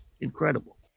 incredible